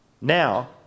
now